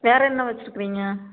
வேறு என்ன வச்சுருக்குறீங்க